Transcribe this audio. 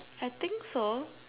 I think so